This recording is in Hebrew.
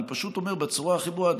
אני פשוט אומר בצורה הכי ברורה.